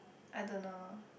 I don't know